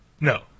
No